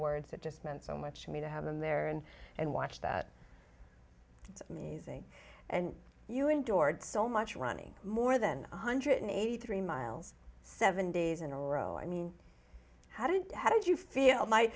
words it just meant so much to me to have been there and watch that musing and you endured so much running more than one hundred eighty three miles seven days in a row i mean how did how did you feel m